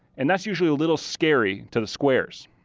and that's usually a little scary to the squares,